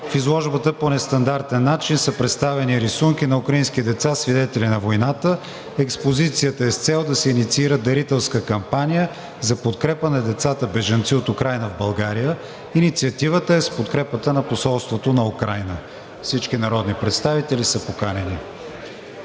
В изложбата по нестандартен начин са представени рисунки на украински деца – свидетели на войната. Експозицията е с цел да се инициира дарителска кампания за подкрепа на децата – бежанци от Украйна в България. Инициативата е с подкрепата на Посолството на Украйна. Всички народни представители са поканени.